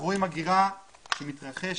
אנחנו רואים הגירה שמתרחשת